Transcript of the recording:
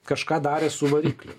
kažką darė su varikliu